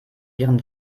ihren